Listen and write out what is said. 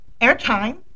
airtime